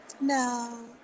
No